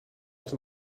els